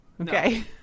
Okay